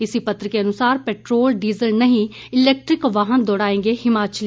इसी पत्र के अनुसार पेट्रोल डीजल नहीं इलेक्ट्रिक वाहन दौड़ाएंगे हिमाचली